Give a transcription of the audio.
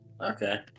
Okay